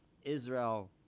Israel